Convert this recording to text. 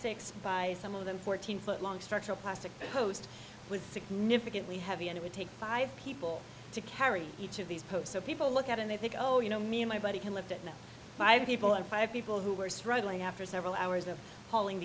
six by some of them fourteen foot long structural plastic post was significantly heavy and it would take five people to carry each of these posts so people look at and they think oh you know me and my buddy can lift it now five people and five people who were struggling after several hours of hauling